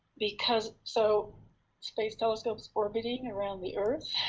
because so space telescope's orbiting around the earth,